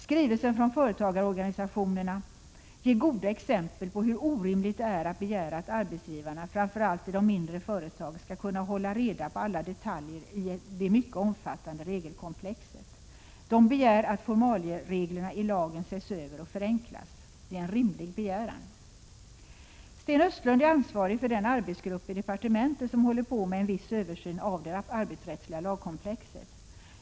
Skrivelsen från företagarorganisationerna ger goda exempel på hur orimligt det är att begära att arbetsgivarna, framför allt i de mindre företagen, skall kunna hålla reda på alla detaljer i det mycket omfattande regelkomplexet. De begär att formaliereglerna i lagen skall ses över och förenklas. Det är en rimlig begäran. Sten Östlund är ansvarig för den arbetsgrupp i departementet som håller på med en viss översyn av det arbetsrättsliga lagkomplexet.